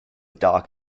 dark